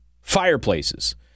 fireplaces